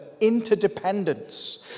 interdependence